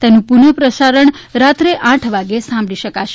તેનું પુનઃ પ્રસારણ રાત્રે આઠ વાગે સાંભળી શકાશે